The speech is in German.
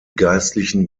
geistlichen